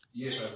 Yes